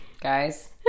Guys